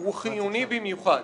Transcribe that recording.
הוא חיוני במיוחד.